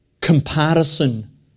comparison